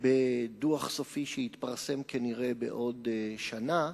בדוח סופי, שיתפרסם כנראה בעוד שנה,